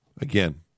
Again